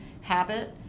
habit